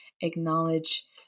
acknowledge